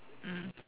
mm